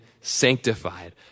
sanctified